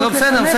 אבל בסדר.